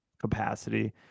capacity